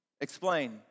Explain